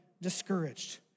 discouraged